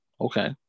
Okay